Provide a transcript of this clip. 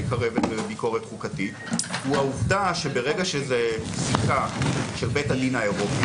שלמעשה מי שיוחלט להחליט בשאלת זהותו של נשיא בית המשפט העליון,